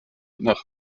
nach